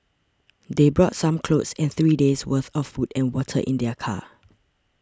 they brought some clothes and three days' worth of food and water in their car